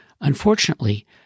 Unfortunately